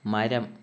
മരം